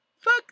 fuck